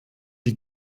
die